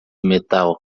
metal